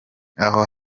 aho